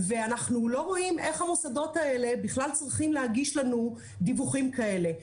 ואנחנו לא רואים איך המוסדות האלה בכלל צריכים להגיש לנו דיווחים כאלה.